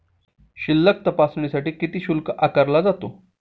शिल्लक तपासण्यासाठी किती शुल्क आकारला जातो?